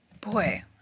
Boy